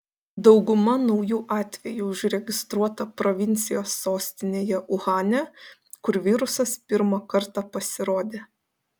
dauguma naujų atvejų užregistruota provincijos sostinėje uhane kur virusas pirmą kartą pasirodė